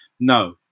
No